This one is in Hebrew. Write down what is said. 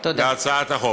להצעת החוק.